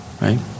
right